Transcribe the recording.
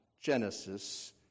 Genesis